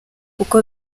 uko